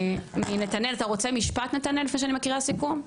נתנאל אתה רוצה משפט לפני שאני מקריאה סיכום?